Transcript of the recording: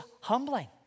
humbling